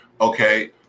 Okay